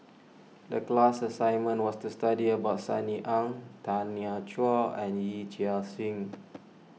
the class assignment was to study about Sunny Ang Tanya Chua and Yee Chia Hsing